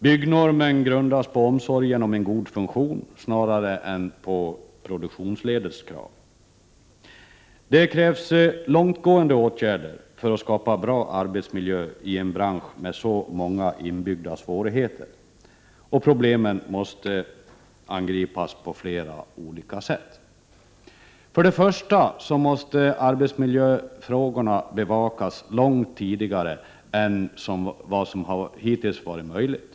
Byggnormen grundas på omsorgen om en god funktion snarare än på produktionsledets krav. Det krävs långtgående åtgärder för att skapa bra arbetsmiljö i en bransch med så många inbyggda svårigheter. Problemen måste angripas på flera olika sätt. För det första måste arbetsmiljöfrågorna bevakas långt tidigare än vad som hittills varit möjligt.